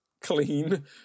clean